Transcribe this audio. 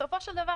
בסופו של דבר,